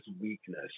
weakness